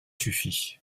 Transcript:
suffi